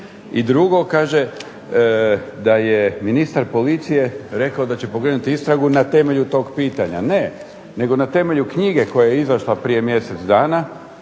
I drugo, kaže da je ministar policije rekao da će pokrenuti istragu na temelju tog pitanja. Ne, nego na temelju knjige koja je izašla prije mjesec dana,